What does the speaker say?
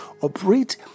operate